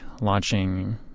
launching